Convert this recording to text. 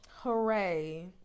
hooray